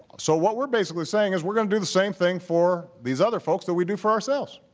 so what we're basically saying is we're going to do the same thing for these other folks that we do for ourselves